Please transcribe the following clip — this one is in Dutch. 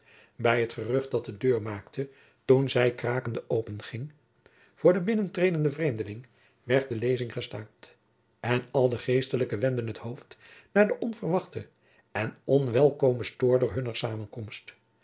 bij het gerucht dat de deur maakte toen zij krakende openging voor den binnentredenden vreemdeling werd de lezing gestaakt en al de geestelijken wendden het hoofd naar den onverwachten en onwelkomen stoorder hunner samenkomst